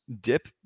dip